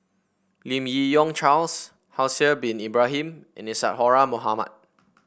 Lim Yi Yong Charles Haslir Bin Ibrahim and Isadhora Mohamed